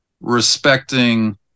respecting